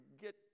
get